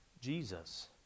Jesus